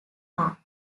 car